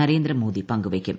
നരേന്ദ്രമോദി പങ്കുവയ്ക്കും